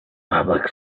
public